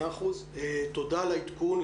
מאה אחוז, תודה על העדכון.